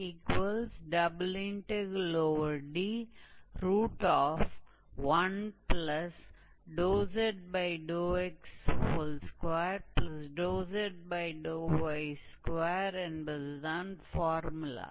IsD1zx2zy2 என்பதுதான் formula